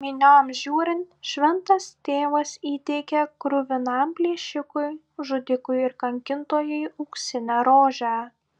minioms žiūrint šventas tėvas įteikė kruvinam plėšikui žudikui ir kankintojui auksinę rožę